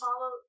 follow